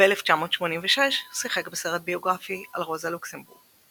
ב-1986 שיחק בסרט ביוגרפי על רוזה לוקסמבורג,